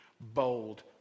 bold